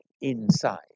inside